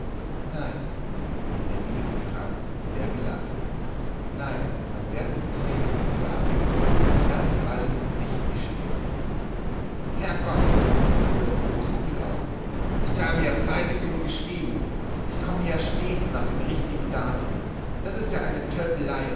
nein erwiderte franz sehr gelassen nein mein wertester herr justitiarius das ist alles nicht geschehen herr gott fuhr der großonkel auf ich habe ja zeitig genug geschrieben ich komme ja stets nach dem richtigen datum das ist ja eine tölpelei